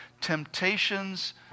temptations